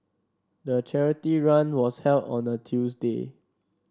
the charity run was held on a Tuesday